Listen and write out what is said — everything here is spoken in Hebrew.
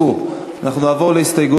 אני רוצה לחזור על הדברים: